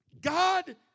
God